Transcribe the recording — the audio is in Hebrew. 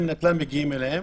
מגיעים אליהם.